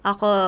Ako